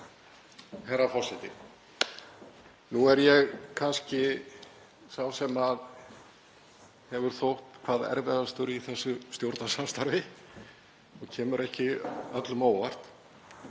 Herra forseti. Nú er ég kannski sá sem hefur þótt hvað erfiðastur í þessu stjórnarsamstarfi og kemur ekki öllum á óvart.